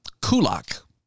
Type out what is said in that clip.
Kulak